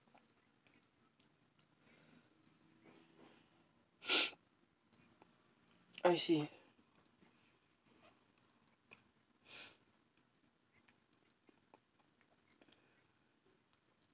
I see